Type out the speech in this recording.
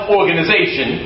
Organization